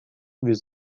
with